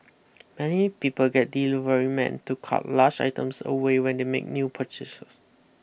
many people get deliverymen to cart large items away when they make new purchases